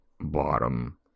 bottom